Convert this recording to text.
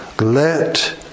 Let